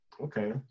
Okay